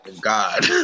God